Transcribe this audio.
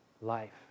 Life